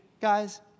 guys